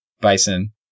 bison